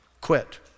Quit